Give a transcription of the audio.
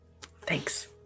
thanks